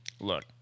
Look